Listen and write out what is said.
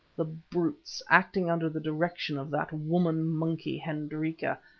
the brutes, acting under the direction of that woman-monkey, hendrika,